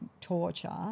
torture